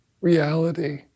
reality